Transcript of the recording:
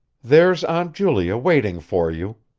there's aunt julia waiting for you,